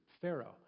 pharaoh